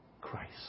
Christ